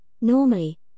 Normally